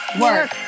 work